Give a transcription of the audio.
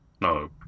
No